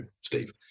Steve